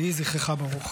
יהי זכרך ברוך.